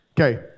Okay